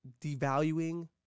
devaluing